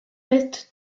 reste